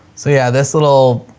so yeah, this little,